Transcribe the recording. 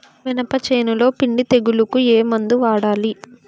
మినప చేనులో పిండి తెగులుకు ఏమందు వాడాలి?